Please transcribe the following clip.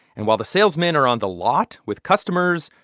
and while the salesmen are on the lot with customers,